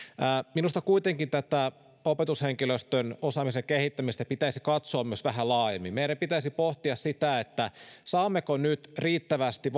minusta kuitenkin tätä opetushenkilöstön osaamisen kehittämistä pitäisi katsoa myös vähän laajemmin meidän pitäisi pohtia sitä saammeko nyt riittävästi